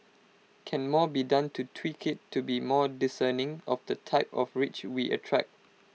can more be done to tweak IT to be more discerning of the type of rich we attract